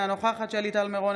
אינה נוכחת שלי טל מירון,